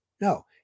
No